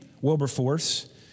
Wilberforce